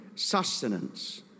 Sustenance